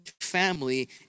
family